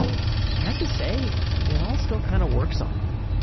have to say it all still kind of works on me.